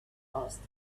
asked